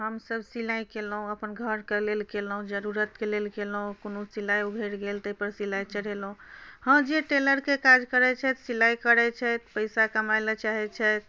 हमसभ सिलाइ केलहुँ अपन घरके लेल केलहुँ जरूरतके लेल केलहुँ कोनो सिलाइ उघड़ि गेल ताहिपर सिलाइ चढ़ेलहुँ हँ जे टेलरके काज करैत छथि से सिलाइ करैत छथि पैसा कमाय लेल चाहैत छथि